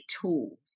tools